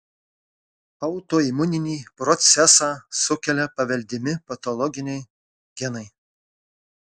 autoimuninį procesą sukelia paveldimi patologiniai genai